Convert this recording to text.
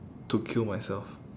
to kill myself